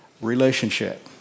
relationship